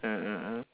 mm mm mm